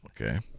Okay